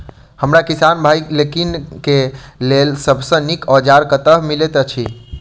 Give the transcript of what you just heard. हमरा किसान भाई लोकनि केँ लेल सबसँ नीक औजार कतह मिलै छै?